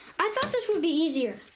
i thought this would be easier.